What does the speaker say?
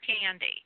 candy